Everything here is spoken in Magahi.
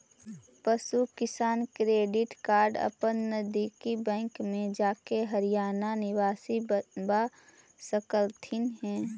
पशु किसान क्रेडिट कार्ड अपन नजदीकी बैंक में जाके हरियाणा निवासी बनवा सकलथीन हे